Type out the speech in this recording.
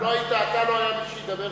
אם לא היית אתה, לא היה מי שידבר ביום שלישי.